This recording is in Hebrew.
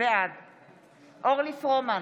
בעד אורלי פרומן,